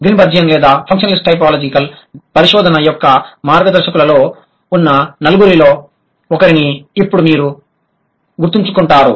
Greenbergian లేదా functionalist typological పరిశోధన యొక్క మార్గదర్శకులలో ఉన్న నలుగురిలో ఒకరిని ఇప్పుడు మీరు గుర్తుంచుకుంటారు